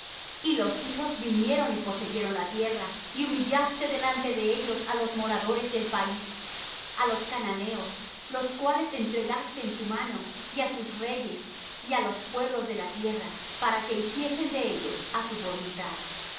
y los hijos vinieron y poseyeron la tierra y humillaste delante de ellos á los moradores del país á los cananeos los cuales entregaste en su mano y á sus reyes y á los pueblos de la tierra para que hiciesen de ellos á su voluntad